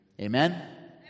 Amen